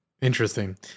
interesting